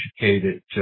educated